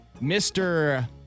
Mr